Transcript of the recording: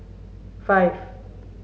five